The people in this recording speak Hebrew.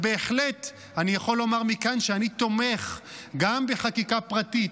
בהחלט אני יכול לומר מכאן שאני תומך גם בחקיקה פרטית